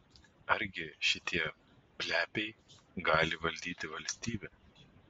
argi šitie plepiai gali valdyti valstybę